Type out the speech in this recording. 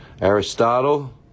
Aristotle